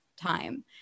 time